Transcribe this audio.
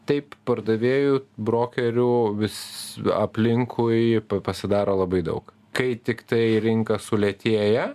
taip pardavėjų brokerių vis aplinkui pasidaro labai daug kai tiktai rinka sulėtėja